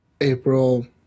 April